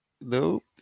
Nope